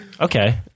okay